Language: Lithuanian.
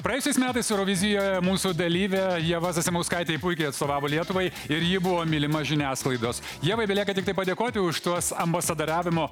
praėjusiais metais eurovizijoje mūsų dalyvė ieva zasimauskaitė puikiai atstovavo lietuvai ir ji buvo mylima žiniasklaidos ievai belieka tiktai padėkoti už tuos ambasadariavimo